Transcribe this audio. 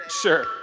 sure